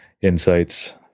insights